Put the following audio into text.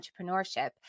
entrepreneurship